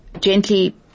gently